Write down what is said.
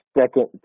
second